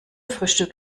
frühstück